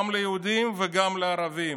גם ליהודים וגם לערבים.